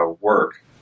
work